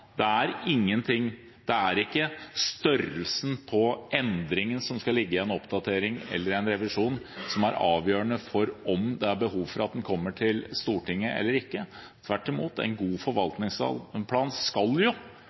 Det er ikke størrelsen på endringen som skal ligge i en oppdatering eller i en revisjon, som er avgjørende for om det er behov for at den kommer til Stortinget eller ikke. Tvert imot – en god forvaltningsplan skal